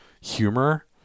humor